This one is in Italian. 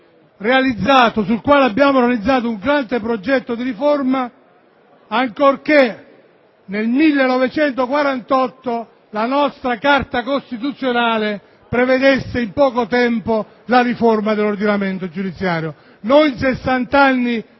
sul quale abbiamo realizzato un grande progetto di riforma, ancorché nel 1948 la nostra Carta costituzionale prevedesse l'attuazione in poco tempo della riforma dell'ordinamento giudiziario.